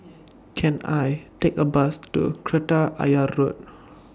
Can I Take A Bus to Kreta Ayer Road